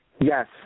Yes